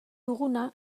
duguna